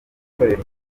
itorero